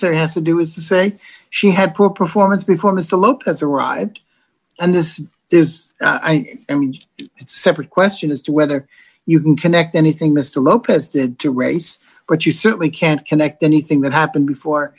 sary has to do is to say she had pro performance before mr lopez arrived and this is and it's separate question as to whether you can connect anything mr lopez did to race but you certainly can't connect anything that happened before